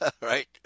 right